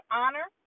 honor